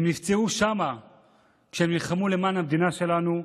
הם נפצעו שם כשהם נלחמו למען המדינה שלנו,